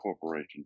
corporation